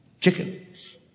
chickens